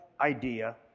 idea